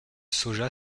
soja